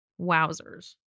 Wowzers